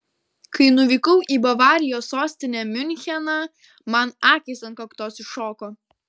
kai nuvykau į bavarijos sostinę miuncheną man akys ant kaktos iššoko